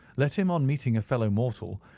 let him, on meeting a fellow-mortal,